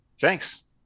Thanks